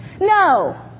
No